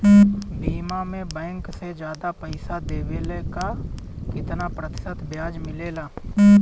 बीमा में बैंक से ज्यादा पइसा देवेला का कितना प्रतिशत ब्याज मिलेला?